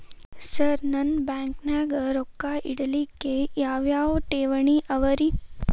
Sir ನಿಮ್ಮ ಬ್ಯಾಂಕನಾಗ ರೊಕ್ಕ ಇಡಲಿಕ್ಕೆ ಯಾವ್ ಯಾವ್ ಠೇವಣಿ ಅವ ರಿ?